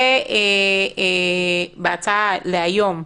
בהצעה היום,